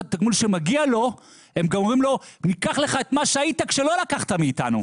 התגמול שמגיע לו הם גם אומרים לו: ניקח לך את מה שהיית כשלא לקחת מאיתנו,